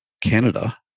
Canada